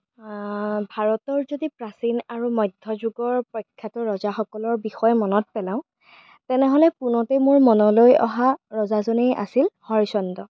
ভাৰতৰ যদি প্ৰাচীন আৰু মধ্যযুগৰ প্ৰখ্য়াত ৰজাসকলৰ বিষয়ে মনত পেলাওঁ তেনেহ'লে পুনতেই মোৰ মনলৈ অহা ৰজাজনেই আছিল হৰিশ্চন্দ্ৰ